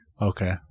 Okay